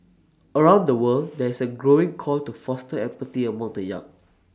around the world there is A growing call to foster empathy among the young